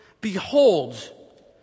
Behold